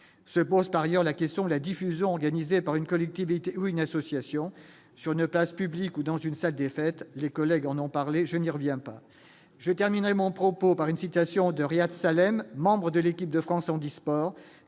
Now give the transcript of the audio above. se pose par ailleurs la question de la diffusion organisée par une collectivité ou une association sur une place publique ou dans une salle des fêtes, les collègues en ont parlé, je n'y reviens pas, je terminerai mon propos par une citation de Ryad Salem, membre de l'équipe de France handisport